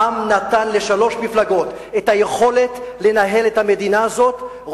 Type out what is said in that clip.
העם נתן לשלוש מפלגות את היכולת לנהל את המדינה הזאת,